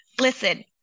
listen